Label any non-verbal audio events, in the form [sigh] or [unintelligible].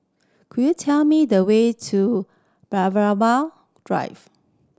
could you tell me the way to [unintelligible] Drive